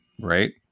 right